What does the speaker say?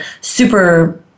super